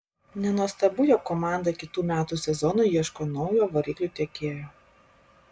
nenuostabu jog komanda kitų metų sezonui ieško naujo variklių tiekėjo